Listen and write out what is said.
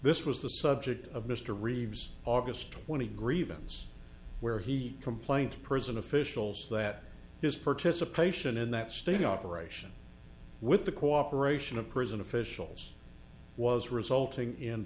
this was the subject of mr reeves august twenty seventh where he complained to prison officials that his participation in that sting operation with the cooperation of prison officials was resulting in